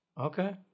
okay